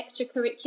extracurricular